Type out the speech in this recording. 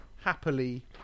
happily